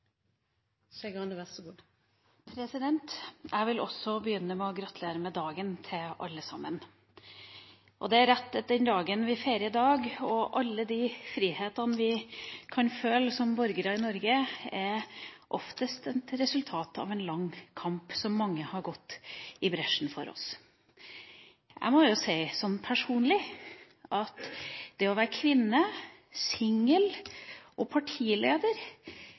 dagen. Det er rett at den dagen vi feirer i dag, og alle de frihetene vi kan føle som borgere i Norge, som oftest er et resultat av en lang kamp, hvor mange har gått i bresjen for oss. Jeg er kvinne, singel og partileder. Det er faktisk ikke så mange land hvor man kan ha alle de egenskapene. Jeg er kjempeheldig, ved at